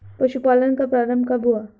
पशुपालन का प्रारंभ कब हुआ?